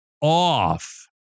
off